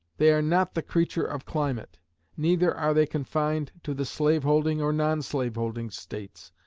they are not the creature of climate neither are they confined to the slaveholding or non-slaveholding states.